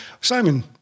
Simon